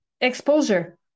exposure